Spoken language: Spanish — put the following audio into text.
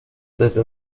desde